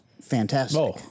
fantastic